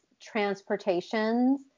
transportations